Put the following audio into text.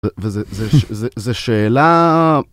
וזה זה שאלה.